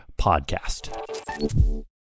podcast